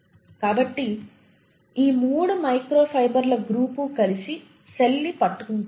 కాబట్టి ఈ మూడు మైక్రో ఫైబర్ల గ్రూపు కలిసి సెల్ ని పట్టుకుంటాయి